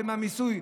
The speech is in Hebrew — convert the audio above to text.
במיסוי.